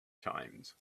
times